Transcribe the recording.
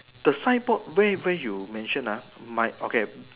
the sideboard where where you mention my okay